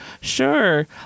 sure